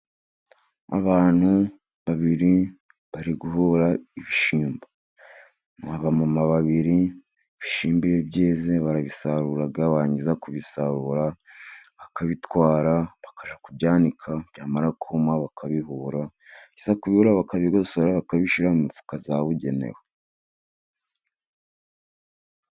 Abantu babiri bari guhura ibishyimbo. Ni abamama babiri, ibishyimbo iyo byeze barabisarura, barangiza kubisarura bakabitwara, bakajya kubyanika, byamara kuma bakabihura, barangiza kubihura bakabigosora, bakabishyira mu mifuka yabugenewe.